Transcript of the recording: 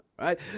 right